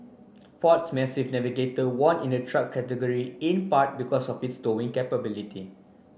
ford's massive Navigator won in the truck category in part because of its towing capability